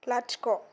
लाथिख'